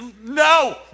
no